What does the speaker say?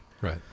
Right